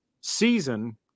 season